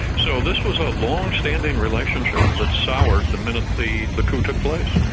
so this was a long-standing relationship that soured the minute the the coup took place.